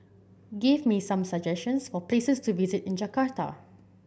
give me some suggestions for places to visit in Jakarta